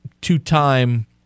two-time